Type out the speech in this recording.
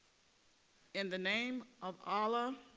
in the name of allah